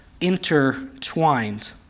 intertwined